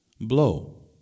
Blow